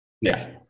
yes